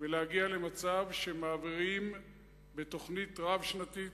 ולהגיע למצב שמעבירים בתוכנית רב-שנתית,